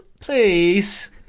please